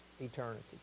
eternity